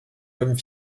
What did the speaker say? comme